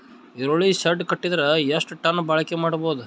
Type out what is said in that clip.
ಈರುಳ್ಳಿ ಶೆಡ್ ಕಟ್ಟಿದರ ಎಷ್ಟು ಟನ್ ಬಾಳಿಕೆ ಮಾಡಬಹುದು?